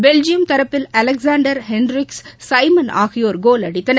Belgium தரப்பில் Alexander Hendrickx Simon ஆகியோர் goal அடித்தனர்